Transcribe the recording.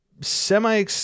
semi